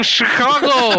Chicago